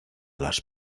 las